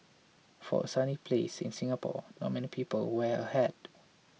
for a sunny place in Singapore not many people wear a hat